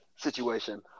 Situation